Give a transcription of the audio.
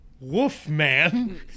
Wolfman